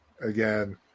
again